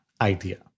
idea